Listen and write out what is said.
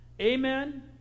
Amen